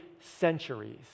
centuries